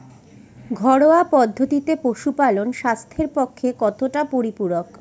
ঘরোয়া পদ্ধতিতে পশুপালন স্বাস্থ্যের পক্ষে কতটা পরিপূরক?